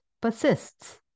persists